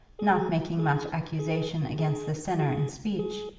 not making much accusation against the sinner in speech,